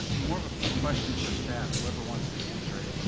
more of a question for staff, whoever wants to answer it.